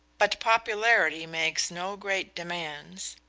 but popularity makes no great demands.